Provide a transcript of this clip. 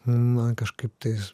man kažkaip tais